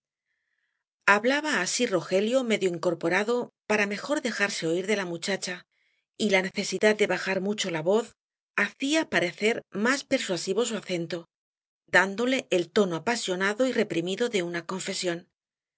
hablaba así rogelio medio incorporado para mejor dejarse oir de la muchacha y la necesidad de bajar mucho la voz hacía parecer más persuasivo su acento dándole el tono apasionado y reprimido de una confesión